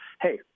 Hey